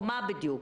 מה קורה בדיוק?